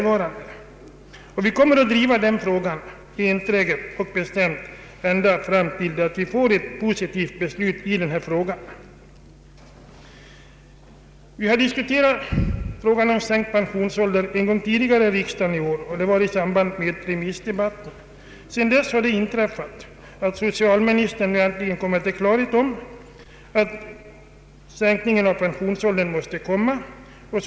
Vi kommer att enträget och bestämt driva den tills det blir ett positivt beslut i riksdagen. Vi har tidigare i år diskuterat frågan om en sänkt pensionsålder, nämligen under remissdebatten. Sedan dess har socialministern äntligen kommit till klarhet om att en sänkning av pensionsåldern måste genomföras.